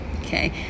okay